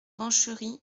rancheries